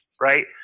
right